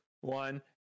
one